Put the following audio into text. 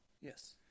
Yes